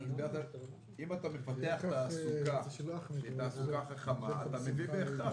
אתה מפתח תעסוקה חכמה אתה מביא בהכרח